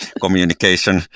communication